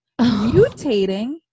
mutating